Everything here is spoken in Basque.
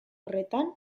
horretan